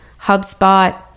HubSpot